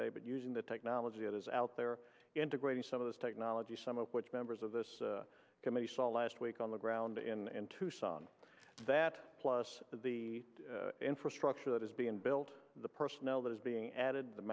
today but using the technology that is out there integrating some of this technology some of which members of this committee saw last week on the ground in tucson that plus the infrastructure that is being built the personnel that is being added the